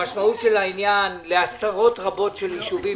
המשמעות של העניין היא נזק גדול לעשרות רבות של יישובים.